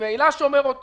הוא ממילא שומר,